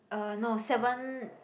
uh no seven